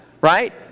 Right